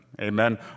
Amen